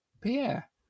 Pierre